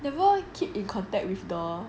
never keep in contact with the